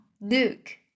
look